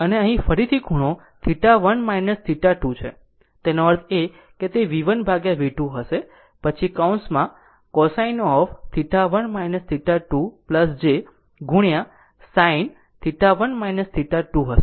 અને ફરીથી ખૂણો θ1 θ2 તેનો અર્થ એ કે આ તે V1V2 હશે પછી કૌંસ માં cosine of θ1 θ2 j ગુણ્યા sin of θ1 θ22 હશે